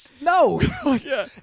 No